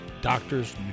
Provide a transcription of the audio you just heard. doctors